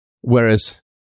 Whereas